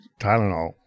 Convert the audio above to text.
Tylenol